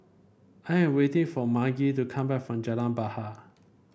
I am waiting for Margy to come back from Jalan Bahar